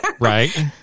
Right